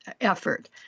effort